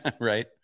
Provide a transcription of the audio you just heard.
Right